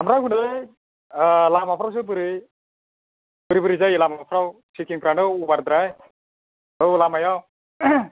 ओमफ्राय हनै लामाफ्रावसो बोरै बोरै बोरै जायो लामाफ्राव सेखिंफ्रानो अबारद्राय औ लामायाव